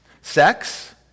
sex